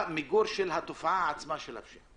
במיגור התופעה עצמה של השפיעה.